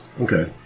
Okay